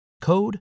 code